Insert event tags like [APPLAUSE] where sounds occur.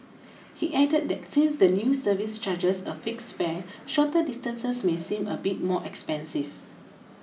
he added that since the new service charges a fixed fare shorter distances may seem a bit more expensive [NOISE]